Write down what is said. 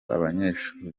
abanyeshuri